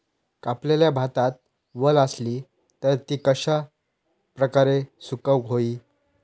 कापलेल्या भातात वल आसली तर ती कश्या प्रकारे सुकौक होई?